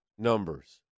numbers